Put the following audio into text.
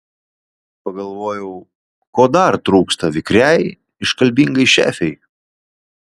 pagalvojau ko dar trūksta vikriai iškalbingai šefei